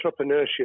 entrepreneurship